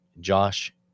Josh